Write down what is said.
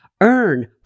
earn